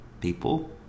people